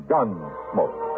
Gunsmoke